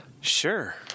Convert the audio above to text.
Sure